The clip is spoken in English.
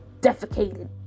defecated